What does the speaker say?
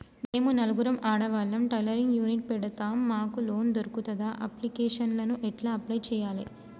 మేము నలుగురం ఆడవాళ్ళం టైలరింగ్ యూనిట్ పెడతం మాకు లోన్ దొర్కుతదా? అప్లికేషన్లను ఎట్ల అప్లయ్ చేయాలే?